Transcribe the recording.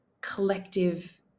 collective